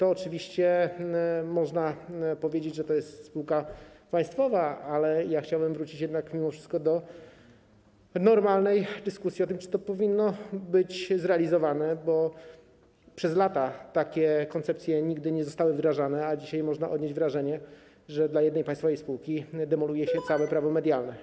Oczywiście można powiedzieć, że to jest spółka państwowa, ale chciałbym wrócić jednak mimo wszystko do normalnej dyskusji o tym, czy to powinno być zrealizowane, bo przez lata takie koncepcje nigdy nie były wdrażane, a dzisiaj można odnieść wrażenie, że dla jednej państwowej spółki demoluje się całe prawo medialne.